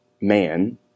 man